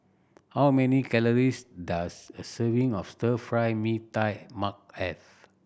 how many calories does a serving of Stir Fried Mee Tai Mak have